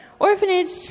orphanage